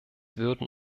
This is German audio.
würden